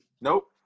Nope